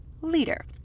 leader